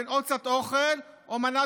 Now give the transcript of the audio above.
חבר הכנסת איציק כהן.